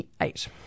eight